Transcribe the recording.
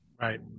Right